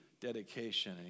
dedication